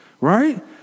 right